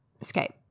Escape